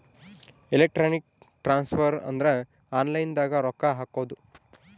electronic transfer ಅಂದ್ರ online ದಾಗ ರೊಕ್ಕ ಹಾಕೋದು